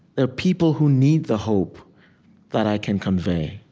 there are people who need the hope that i can convey.